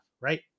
right